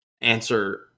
answer